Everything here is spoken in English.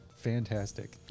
fantastic